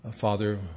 Father